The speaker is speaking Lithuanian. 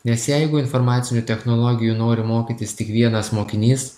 nes jeigu informacinių technologijų nori mokytis tik vienas mokinys